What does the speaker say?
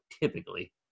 typically